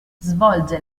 svolge